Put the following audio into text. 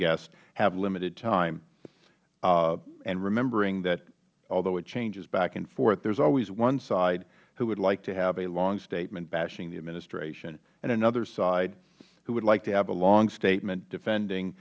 guests have limited time and remembering that there were changes back and forth there is always one side who would like to have a long statement bashing the administration and another side who would like to have a long statement defending